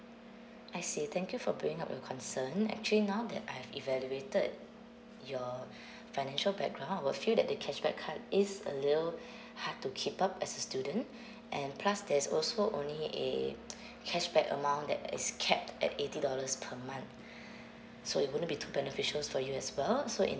I see thank you for bringing up your concern actually now that I have evaluated your financial background I would feel that the cashback card is a little hard to keep up as a student and plus there's also only a cashback amount that is capped at eighty dollars per month so it wouldn't be to beneficial for you as well so in